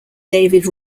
david